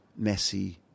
Messi